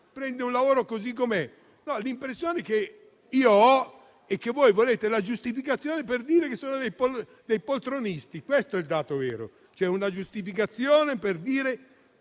prende un lavoro così com'è? L'impressione che ho è che voi volete la giustificazione per dire che sono dei poltroni: questo è il dato vero. Una giustificazione per dire